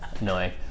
annoying